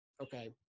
okay